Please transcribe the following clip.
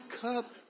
cup